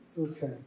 Okay